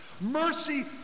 mercy